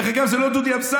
דרך אגב, זה לא דודי אמסלם.